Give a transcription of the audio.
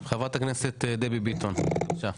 חברת הכנסת דבי ביטון בבקשה.